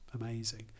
amazing